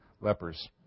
lepers